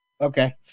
Okay